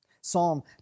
Psalm